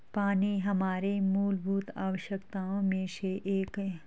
पानी हमारे मूलभूत आवश्यकताओं में से एक है